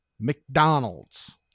McDonald's